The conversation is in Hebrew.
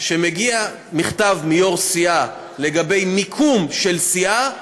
כשמגיע מכתב מיו"ר סיעה לגבי מיקום של סיעה,